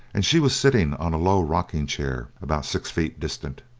and she was sitting on a low rocking-chair about six feet distant.